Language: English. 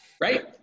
right